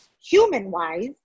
human-wise